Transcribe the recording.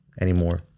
Anymore